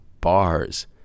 bars